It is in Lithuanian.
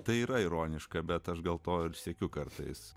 tai yra ironiška bet aš gal to ir siekiu kartais